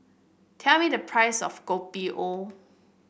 tell me the price of Kopi O